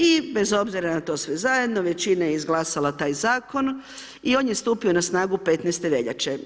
I bez obzira na to sve zajedno, većina je izglasala taj Zakon i on je stupio na snagu 15. veljače.